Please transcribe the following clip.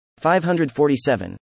547